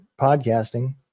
podcasting